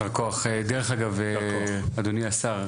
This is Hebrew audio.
יישר כוח, דרך אגב, אדוני השר,